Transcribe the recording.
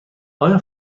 آیا